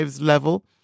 level